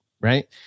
right